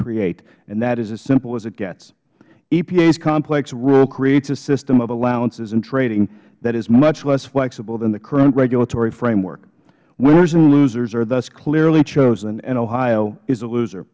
create and that is as simple as it gets epa's complex rule creates a system of allowances and trading that is much less flexible than the current regulatory framework winners and losers are thus clearly chosen and ohio is a loser